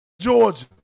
Georgia